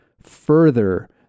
further